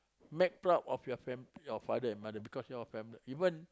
make proud of your family your father and mother because your fami~ even